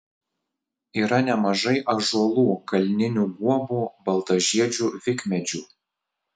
yra nemažai ąžuolų kalninių guobų baltažiedžių vikmedžių